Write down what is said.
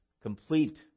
complete